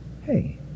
Hey